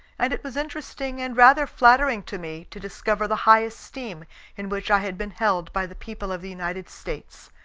and it was interesting and rather flattering to me to discover the high esteem in which i had been held by the people of the united states.